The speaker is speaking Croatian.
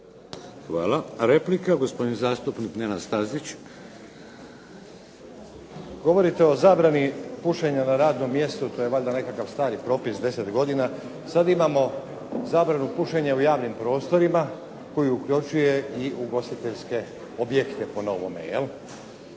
Hvala. Replika, gospodin zastupnik Nenad Stazić. **Stazić, Nenad (SDP)** Govorite o zabrani pušenja na radnom mjestu, to je valjda nekakav stari propis 10 godina. Sad imamo zabranu pušenja u javnim prostorima, koji uključuje i ugostiteljske objekte po novome, je